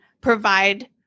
provide